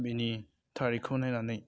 बिनि तारिकखौ नायनानै